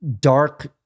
dark